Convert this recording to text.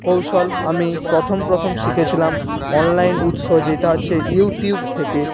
কৌশল আমি প্রথম প্রথম শিখেছিলাম অনলাইন উৎস যেটা হচ্ছে ইউটিউব থেকে